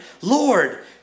Lord